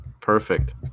Perfect